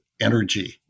energy